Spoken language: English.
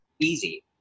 easy